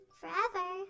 forever